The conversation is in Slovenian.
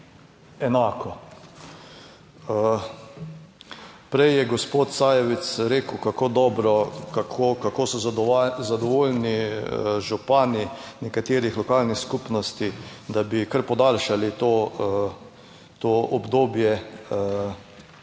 enako. Prej je gospod Sajovic rekel, kako dobro, kako, kako so zadovoljni župani nekaterih lokalnih skupnosti, da bi kar podaljšali to obdobje